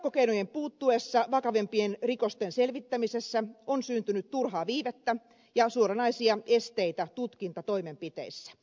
telepakkokeinojen puuttuessa vakavimpien rikosten selvittämisessä on syntynyt turhaa viivettä ja suoranaisia esteitä tutkintatoimenpiteissä